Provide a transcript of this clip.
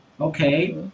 Okay